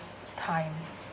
time